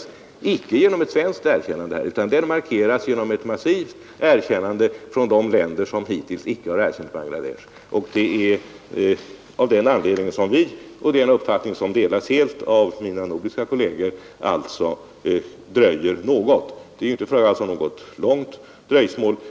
Det sker icke genom ett svenskt erkännande, utan det sker genom ett massivt erkännande från de länder som hittills icke erkänt Bangladesh. Det är av den anledningen som vi — och det är en uppfattning som delas helt av mina nordiska kolleger — bör dröja något. Det är inte alls fråga om något långt dröjsmål.